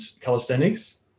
calisthenics